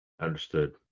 Understood